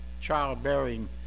childbearing